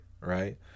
right